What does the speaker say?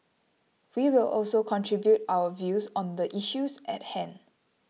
we will also contribute our views on the issues at hand